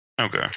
Okay